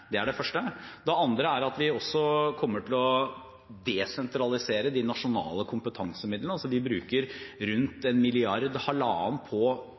Det er det første. Det andre er at vi kommer til å desentralisere de nasjonale kompetansemidlene. Vi bruker rundt 1–1,5 mrd. kr på